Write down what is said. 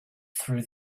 through